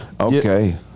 Okay